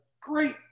great